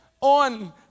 on